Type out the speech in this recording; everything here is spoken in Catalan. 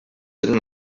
eren